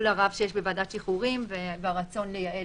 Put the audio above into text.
הרב שיש בוועדת השחרורים והרצון לייעל,